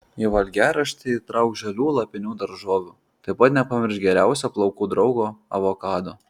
į valgiaraštį įtrauk žalių lapinių daržovių taip pat nepamiršk geriausio plaukų draugo avokado